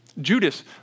Judas